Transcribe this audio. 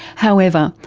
however,